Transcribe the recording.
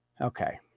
Okay